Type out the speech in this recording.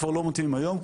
כבר לא מתאימים היום,